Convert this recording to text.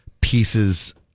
pieces